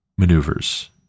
Maneuvers